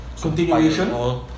continuation